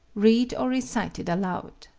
read or recite it aloud.